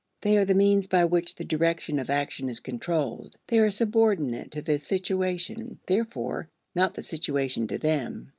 they are the means by which the direction of action is controlled. they are subordinate to the situation, therefore, not the situation to them.